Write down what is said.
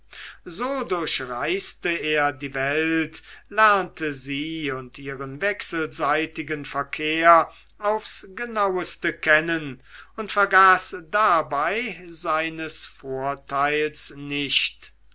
so durchreiste er die welt lernte sie und ihren wechselseitigen verkehr aufs genaueste kennen und vergaß dabei seines vorteils nicht